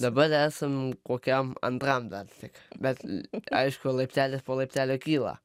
dabar esam kokiam antram dar tik bet aišku laiptelis po laiptelio kyla